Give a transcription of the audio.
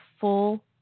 full